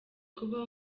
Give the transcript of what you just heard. kubaho